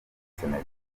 sénégal